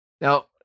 Now